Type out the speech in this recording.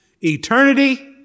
eternity